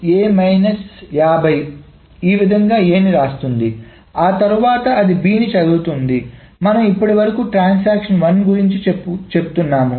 ఇది A ను వ్రాస్తుంది ఆ తర్వాత అది B ని చదువుతుంది మనం ఇప్పటికీ వరకు ట్రాన్సాక్షన్1 గురించి చెప్తున్నాము